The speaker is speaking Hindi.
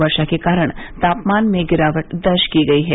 वर्षा के कारण तापमान में भी गिरावट दर्ज की गई है